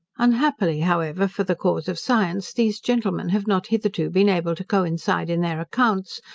unhappily, however, for the cause of science, these gentleman have not hitherto been able to coincide in their accounts,